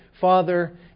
Father